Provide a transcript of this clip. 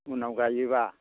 उनाव गायोब्ला